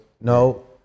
No